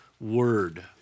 word